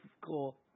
cool